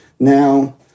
Now